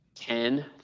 ten